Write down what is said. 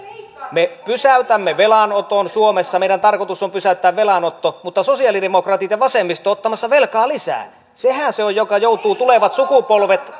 me pysäytämme velanoton suomessa meidän tarkoituksemme on pysäyttää velanotto mutta sosi alidemokraatit ja vasemmisto ovat ottamassa velkaa lisää sehän on se minkä joutuvat tulevat sukupolvet